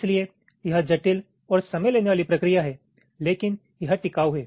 इसलिए यह जटिल और समय लेने वाली प्रक्रिया है लेकिन यह टिकाऊ है